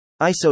ISO